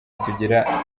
sugira